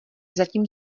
zatím